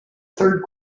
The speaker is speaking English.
third